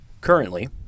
Currently